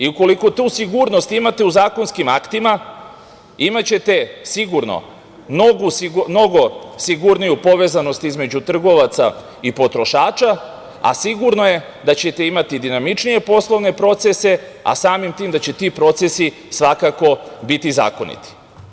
Ukoliko tu sigurnost imate u zakonskim aktima, imaćete sigurno mnogo sigurniju povezanost između trgovaca i potrošača, a sigurno je da ćete imati dinamičnije poslovne procese, a samim tim da će ti procesi svakako biti zakoniti.